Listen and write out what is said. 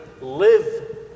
live